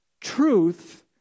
truth